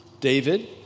David